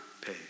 pay